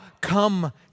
Come